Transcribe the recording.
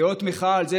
כאות מחאה על זה,